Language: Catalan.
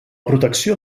protecció